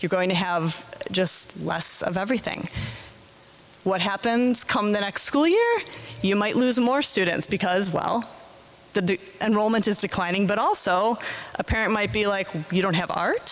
you're going to have just less of everything what happens come the next school year you might lose more students because well the enrollment is declining but also a parent might be like you don't have art